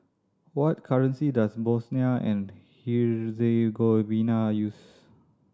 what currency does Bosnia and Herzegovina use